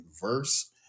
verse